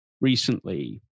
recently